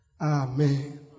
Amen